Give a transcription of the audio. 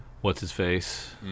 What's-His-Face